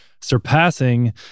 surpassing